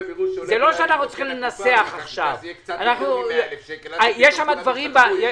--- יש דברים בחוק